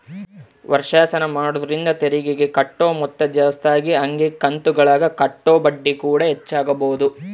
ವರ್ಷಾಶನ ಮಾಡೊದ್ರಿಂದ ತೆರಿಗೆಗೆ ಕಟ್ಟೊ ಮೊತ್ತ ಜಾಸ್ತಗಿ ಹಂಗೆ ಕಂತುಗುಳಗ ಕಟ್ಟೊ ಬಡ್ಡಿಕೂಡ ಹೆಚ್ಚಾಗಬೊದು